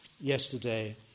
yesterday